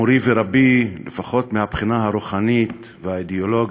מורי ורבי, לפחות מהבחינה הרוחנית והאידיאולוגית,